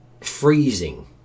freezing